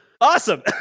Awesome